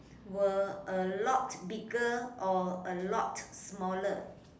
were a lot bigger or a lot smaller